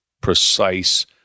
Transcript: precise